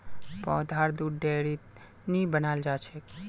पौधार दुध डेयरीत नी बनाल जाछेक